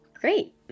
great